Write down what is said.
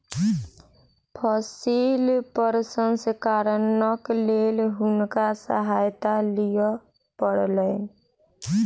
फसिल प्रसंस्करणक लेल हुनका सहायता लिअ पड़लैन